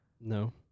No